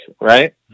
right